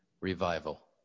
revival